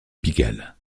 pigalle